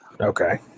Okay